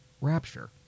rapture